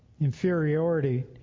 inferiority